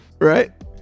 right